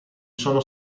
sono